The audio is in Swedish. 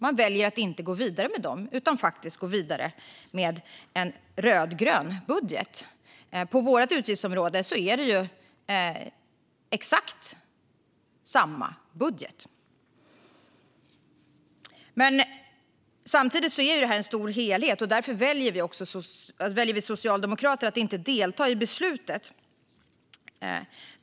Man väljer att inte gå vidare med dem utan att faktiskt gå vidare med en rödgrön budget. På vårt utgiftsområde är det exakt samma budget. Samtidigt är det här en stor helhet, och därför väljer vi socialdemokrater att inte delta i beslutet.